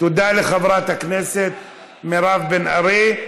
תודה לחברת הכנסת מירב בן ארי.